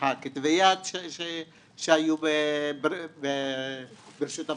שהיו ברשות המשפחה.